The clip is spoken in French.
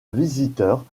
visiteurs